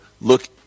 look